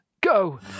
go